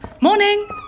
Morning